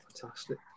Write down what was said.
fantastic